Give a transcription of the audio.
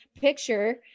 picture